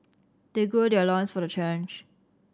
they gird their loins for the challenge